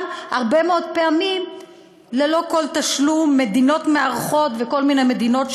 גם הרבה מאוד פעמים ללא כל תשלום מדינות מארחות וכל מיני מדינות,